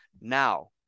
Now